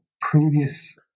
previous